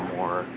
more